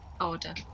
order